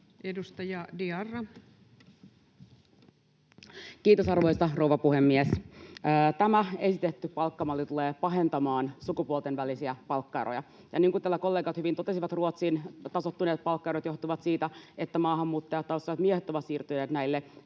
Content: Kiitos, arvoisa rouva puhemies! Tämä esitetty palkkamalli tulee pahentamaan sukupuolten välisiä palkkaeroja. Niin kuin täällä kollegat hyvin totesivat, Ruotsin tasoittuneet palkkaerot johtuvat siitä, että maahanmuuttajataustaiset miehet ovat siirtyneet näille